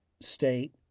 state